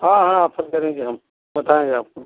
हाँ हाँ हाँ फोन करेंगे हम बताएँगे आपको